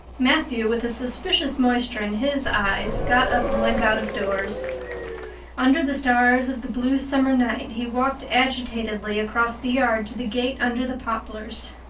matthew, with a suspicious moisture in his eyes, got up and went out-of-doors. under the stars of the blue summer night he walked agitatedly across the yard to the gate under the poplars.